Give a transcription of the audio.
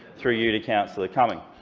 through you, to councillor cumming.